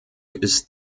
ist